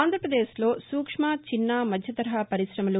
ఆంధ్రప్రదేశ్లో సూక్ష్మ చిన్న మధ్య తరహా పరిశమలు